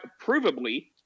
provably